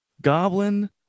goblin